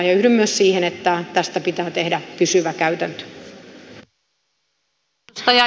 ja yhdyn myös siihen että tästä pitää tehdä pysyvä käytäntö